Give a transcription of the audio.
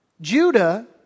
Judah